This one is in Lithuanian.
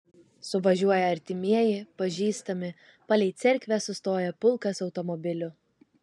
suvažiuoja artimieji pažįstami palei cerkvę sustoja pulkas automobilių